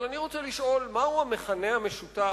אבל אני רוצה לשאול: מהו המכנה המשותף